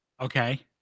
Okay